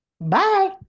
bye